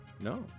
No